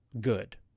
good